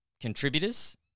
contributors